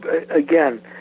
Again